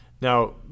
Now